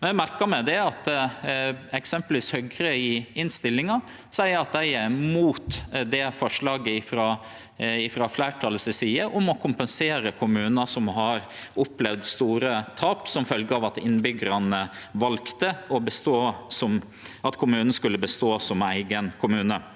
Eg merka meg at eksempelvis Høgre i innstillinga seier at dei er imot forslaget frå fleirtalet si side om å kompensere kommunar som har opplevd store tap som følgje av at innbyggarane valde at kommunen skulle bestå som eigen kommune.